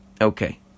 Okay